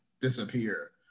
disappear